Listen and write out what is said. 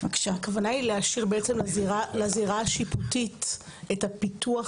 הכוונה היא להשאיר לזירה השיפוטית את הפיתוח